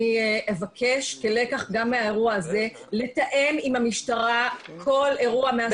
אני אבקש כלקח גם מהאירוע הזה לתאם עם המשטרה כל אירוע מהסוג הזה.